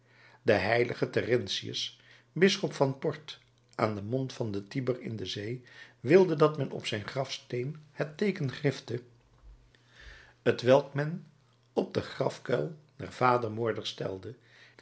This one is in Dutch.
de heilige terentius bisschop van port aan den mond van den tiber in de zee wilde dat men op zijn grafsteen het teeken grifte t welk men op den grafkuil der vadermoorders stelde